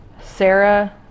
Sarah